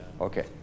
Okay